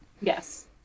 Yes